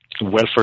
welfare